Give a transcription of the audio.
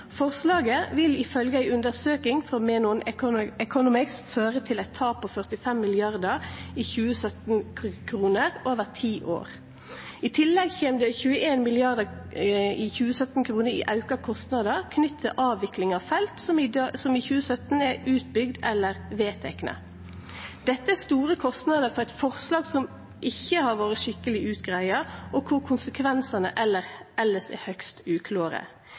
Forslaget vil ifølgje ei undersøking av Menon Economics føre til eit tap på 45 mrd. 2017-kroner over ti år. I tillegg kjem 21 mrd. 2017-kroner i auka kostnader knytte til avvikling av felt som i 2017 er utbygde eller vedtekne. Dette er store kostnader for eit forslag som ikkje har vore skikkeleg utgreidd, og der konsekvensane elles er høgst